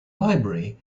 library